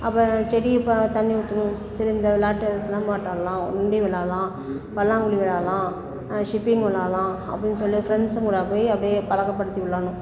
அப்போ செடி இப்போ தண்ணி ஊற்றணும் சரி இந்த விளாட்டு சிலம்பாட்டம் விளாட்டுலாம் நொண்டி விளாடலாம் பல்லாங்குழி விளாடலாம் ஷிப்பிங் விளாட்லாம் அப்படின்னு சொல்லி ஃப்ரெண்ட்ஸுங்க கூட போய் அப்படியே பழக்கப்படுத்தி விளாடணும்